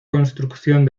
construcción